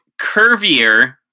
curvier